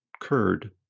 Curd